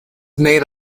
made